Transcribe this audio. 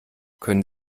können